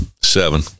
Seven